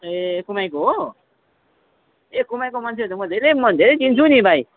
ए कुमाइको हो ए कुमाइको मान्छेहरू त म धेरै म चिन्छु नि भाइ